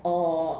or